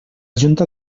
junta